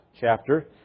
chapter